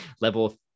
level